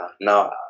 now